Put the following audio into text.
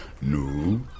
No